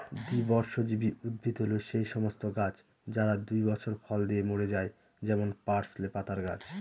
দ্বিবর্ষজীবী উদ্ভিদ হল সেই সমস্ত গাছ যারা দুই বছর ফল দিয়ে মরে যায় যেমন পার্সলে পাতার গাছ